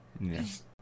Yes